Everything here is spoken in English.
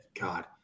God